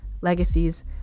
legacies